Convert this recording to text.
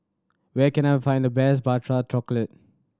where can I find the best Prata Chocolate